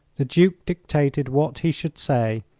the duke dictated what he should say,